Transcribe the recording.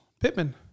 Pittman